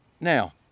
Now